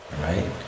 right